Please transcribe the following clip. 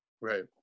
Right